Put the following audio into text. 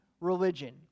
religion